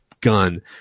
gun